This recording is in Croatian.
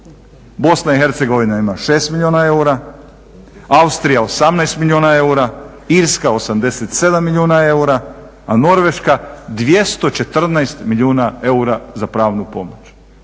Bosna i Hercegovina ima 6 milijuna eura, Austrija 18 milijuna eura, Irska 87 milijuna eura a Norveška 214 milijuna eura za pravnu pomoć,